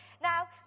Now